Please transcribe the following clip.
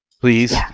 Please